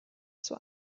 zur